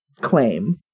claim